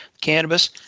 cannabis